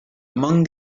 among